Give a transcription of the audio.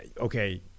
okay